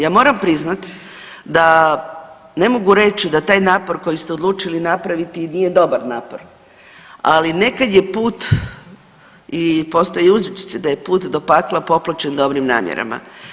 Ja moram priznat da ne mogu reći da taj napor koji ste odlučili napraviti nije dobar napor, ali nekad je put i postoji uzrečica da je put do pakla popločen dobrim namjerama.